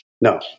no